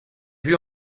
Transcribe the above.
vue